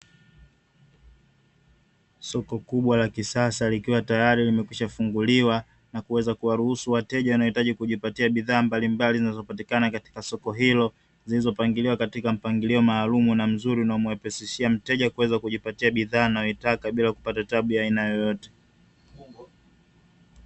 Soko kubwa la kisasa likiwa tayari limekwisha funguliwa nakuweza kuwaruhusu wateja wanaohitaji kupata bidhaa mbalimbali zinazopatikana katika soko hilo, zilizopangiliwa katika mpangilio maalumu na mzuri, unaompa wepesi mteja kuweza kupata bidhaa anazotaka bila taabu yoyote.